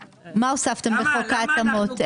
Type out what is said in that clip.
אסתי, מה הוספתם בחוק ההתאמות?